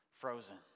Frozen